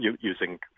using